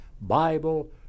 Bible